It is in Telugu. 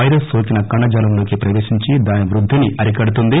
పైరస్ నోకిన కణజాలంలోకి ప్రవేశించి దాని వృద్దిని అరికడుతుంది